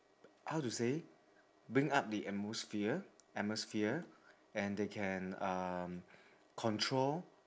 how to say bring up the atmosphere atmosphere and they can um control